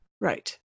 Right